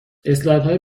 اسلایدهای